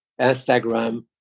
Instagram